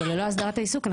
וללא הסדרת העיסוק,